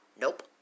Nope